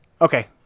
Okay